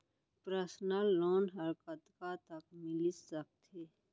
Personal loan ह कतका तक मिलिस सकथे?